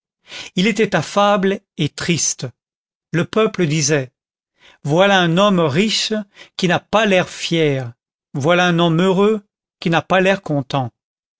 il était affable et triste le peuple disait voilà un homme riche qui n'a pas l'air fier voilà un homme heureux qui n'a pas l'air content